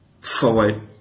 forward